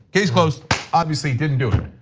case closed obviously didn't do it.